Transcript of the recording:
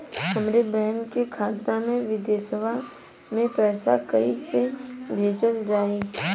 हमरे बहन के खाता मे विदेशवा मे पैसा कई से भेजल जाई?